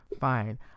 Fine